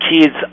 kids